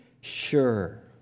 sure